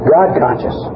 God-conscious